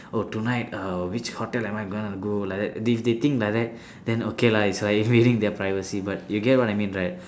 oh tonight uh which hotel am I gonna go like that if they think like that then okay lah it's like invading their privacy but you get what I mean right